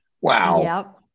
Wow